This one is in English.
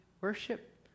worship